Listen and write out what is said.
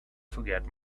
forget